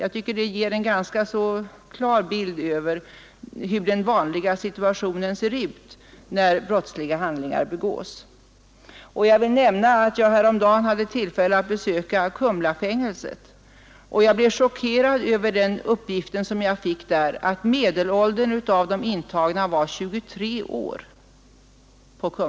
Jag tycker det ger en ganska klar bild av den vanliga situationen när brottsliga handlingar begås. Jag vill nämna att jag häromdagen hade tillfälle att besöka Kumlafängelset. Jag blev chockerad över den uppgift jag där fick, att medelåldern bland de intagna var 23 år.